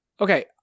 Okay